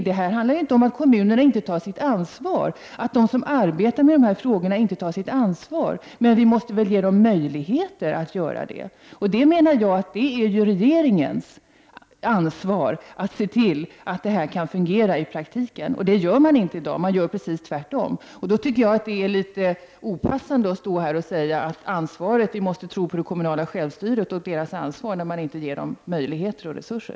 Det handlar inte om att kommunerna och de som arbetar med dessa frågor inte tar sitt ansvar, utan om att vi måste ge dem möjligheter att göra det. Det är regeringens ansvar att se till att detta kan fungera i praktiken, men det gör inte regeringen i dag — den gör precis tvärtom. Då är det litet opassande att säga att vi måste tro på det kommunala självstyret och kommunernas ansvar, när de inte får möjligheter och resurser.